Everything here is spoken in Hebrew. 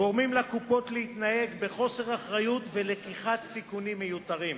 גורמים לקופות להתנהג בחוסר אחריות וללקיחת סיכונים מיותרים.